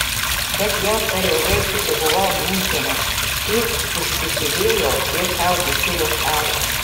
bet jau per ilgai užsibuvau miunchene ir užsisėdėjau prie savo bičiulio stalo